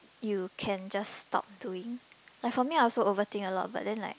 you can just stop doing like for me I'll also overthink a lot but then like